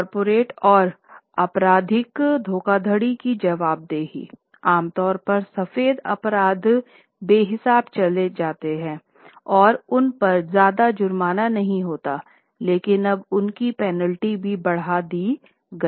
corporate और आपराधिक धोखाधड़ी की जवाबदेही आम तौर पर सफेद अपराध बेहिसाब चले जाते हैं और उनपर ज्यादा जुर्माना नहीं होता लेकिन अब उनकी पेनल्टी भी बढ़ा दी गई